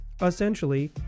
essentially